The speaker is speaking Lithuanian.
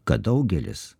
kad daugelis